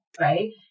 right